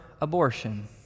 Abortion